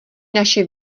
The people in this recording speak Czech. naše